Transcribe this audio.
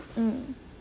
mm